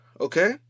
Okay